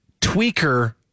tweaker